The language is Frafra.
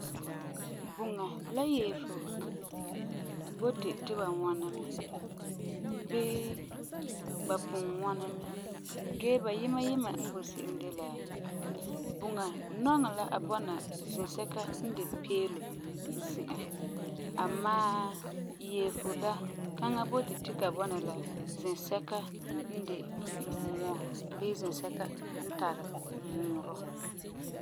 Buŋa la yeefo boti ti ba ŋwɔna mɛ, bii ba pugum ŋwɔna mɛ. Gee, ba yima yima n boi se'em de la; buŋa nɔŋɛ la ka bɔna sɛsɛka n de peelum zi'an. Amaa yeefo la, kaŋa boti la ka bɔna zɛsɛka n de muɔ bii zɛsɛka n tari muurɔ.